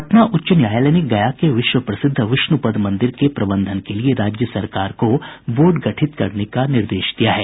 पटना उच्च न्यायालय ने गया के विश्व प्रसिद्ध विष्णुपद मंदिर के प्रबंधन के लिये राज्य सरकार को बोर्ड गठित करने का निर्देश दिया है